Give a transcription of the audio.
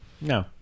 No